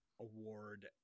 award